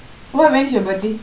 what when's your birthday